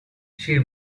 she